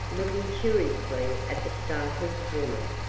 looking curiously at the startled woman.